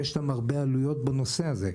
יש להם הרבה עלויות בנושא הזה.